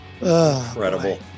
Incredible